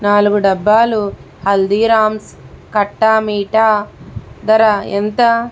నాలుగు డబ్బాలు హల్దీరామ్స్ కట్టా మీఠా ధర ఎంత